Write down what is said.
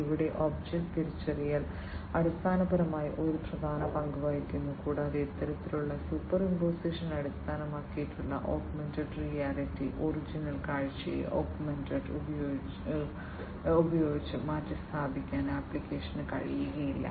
ഇവിടെ ഒബ്ജക്റ്റ് തിരിച്ചറിയൽ അടിസ്ഥാനപരമായി ഒരു പ്രധാന പങ്ക് വഹിക്കുന്നു കൂടാതെ ഇത്തരത്തിലുള്ള സൂപ്പർഇമ്പോസിഷൻ അടിസ്ഥാനമാക്കിയുള്ള ഓഗ്മെന്റഡ് റിയാലിറ്റിയിൽ ഒറിജിനൽ കാഴ്ചയെ ഓഗ്മെന്റഡ് ഉപയോഗിച്ച് മാറ്റിസ്ഥാപിക്കാൻ അപ്ലിക്കേഷന് കഴിയില്ല